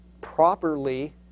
properly